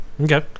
Okay